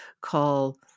call